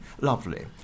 Lovely